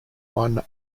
one